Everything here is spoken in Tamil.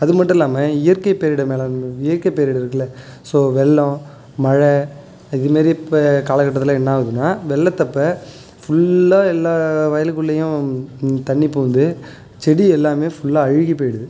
அது மட்டும் இல்லாமல் இயற்கை பேரிடர் இயற்கை பேரிடர் இருக்குதுல்ல ஸோ வெள்ளம் மழை இது மாரி இப்போ காலகட்டத்தில் என்னாகுதுன்னா வெள்ளத்தப்ப ஃபுல்லாக எல்லா வயலுக்குள்ளேயும் தண்ணி புகுந்து செடி எல்லாமே ஃபுல்லாக அழுகிப் போய்டுது